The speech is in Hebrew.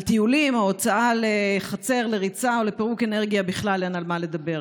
על טיולים או הוצאה לחצר לריצה או לפריקת אנרגיה בכלל אין מה לדבר.